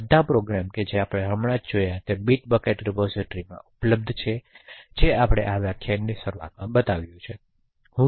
તેથી આ બધા પ્રોગ્રામ્સ કે જે આપણે હમણાં જ જોયા છે તે બીટબકેટ રિપોઝિટરીમાં ઉપલબ્ધ છે જે આપણે આ વ્યાખ્યાનની શરૂઆતમાં બતાવ્યુ